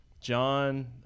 John